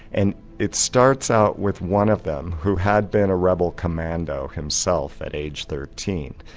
and it starts out with one of them, who had been a rebel commando himself at age thirteen,